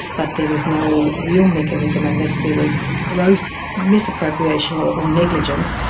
but there was no real mechanism, unless there was gross misappropriation or or negligence,